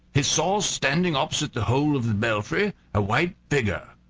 he saw, standing opposite the hole of the belfry, a white figure.